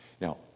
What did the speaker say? Now